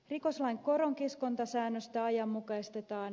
rikoslain koronkiskontasäännöstä ajanmukaistetaan